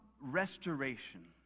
restoration